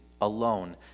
alone